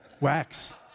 Wax